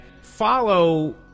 follow